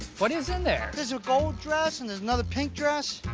what is in there? there's a gold dress and there's another pink dress.